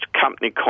company